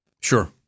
Sure